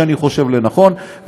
במקום שאני חושב לנכון,